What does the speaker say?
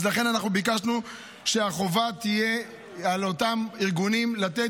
לכן ביקשנו שהחובה תהיה על אותם ארגונים לתת.